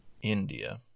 India